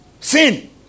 sin